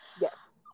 yes